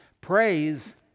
praise